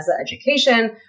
Education